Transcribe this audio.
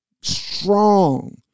strong